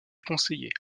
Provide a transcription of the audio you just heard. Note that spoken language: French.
conseillers